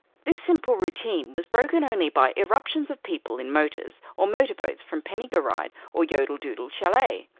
this simple routine was broken only by irruptions of people in motors or motor boats from penny-gw-rydd or yodel-dudel chalet.